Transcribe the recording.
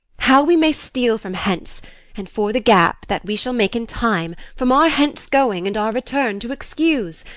how we may steal from hence and for the gap that we shall make in time from our hence-going and our return, to excuse.